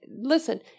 listen